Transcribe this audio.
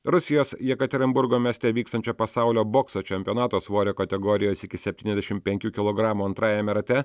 rusijos jekaterinburgo mieste vykstančio pasaulio bokso čempionato svorio kategorijos iki septyniasdešimt penkių kilogramų antrajame rate